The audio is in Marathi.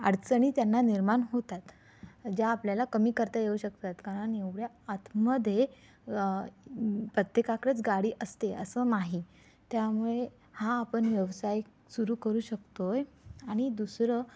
अडचणी त्यांना निर्माण होतात ज्या आपल्याला कमी करता येऊ शकतात कारण एवढ्या आतमध्ये प्रत्येकाकडेच गाडी असते असं नाही त्यामुळे हां आपण व्यवसाय सुरु करू शकतोय आणि दुसरं